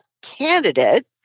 candidate